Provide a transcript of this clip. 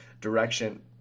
direction